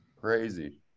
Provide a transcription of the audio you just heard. Crazy